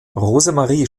rosemarie